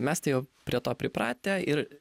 mes tai jau prie to pripratę ir